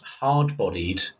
hard-bodied